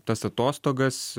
tas atostogas